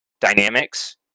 dynamics